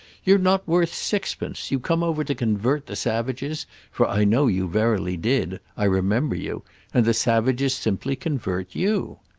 you're not worth sixpence! you come over to convert the savages for i know you verily did, i remember you and the savages simply convert you.